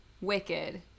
Wicked